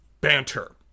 Banter